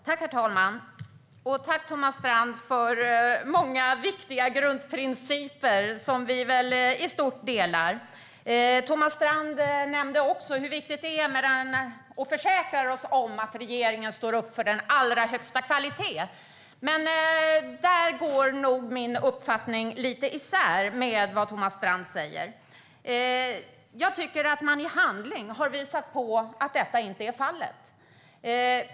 Herr talman! Tack, Thomas Strand, för många viktiga grundprinciper som vi väl i stort delar! Thomas Strand nämnde också hur viktigt det är med kvaliteten och försäkrar oss om att regeringen står upp för den allra högsta kvaliteten. Men där skiljer sig nog min uppfattning lite från Thomas Strands. Jag tycker att man i handling har visat att detta inte är fallet.